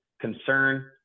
concern